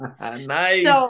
Nice